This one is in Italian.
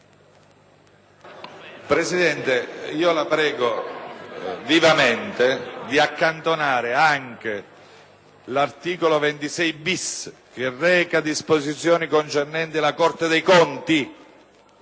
Presidente, la prego vivamente di accantonare gli articoli 26-*bis*, che reca disposizioni concernenti la Corte dei conti,